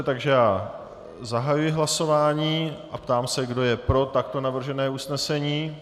Takže já zahajuji hlasování a ptám se, kdo je pro takto navržené usnesení.